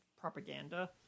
propaganda